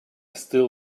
still